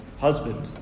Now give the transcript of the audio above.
Husband